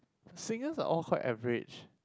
singers are all quite average